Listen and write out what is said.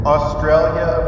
Australia